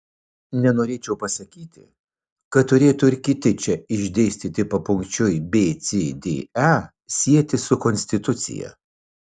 nenorėčiau pasakyti kad turėtų ir kiti čia išdėstyti papunkčiui b c d e sietis su konstitucija